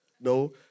No